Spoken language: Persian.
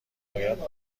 باید